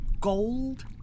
gold